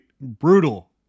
brutal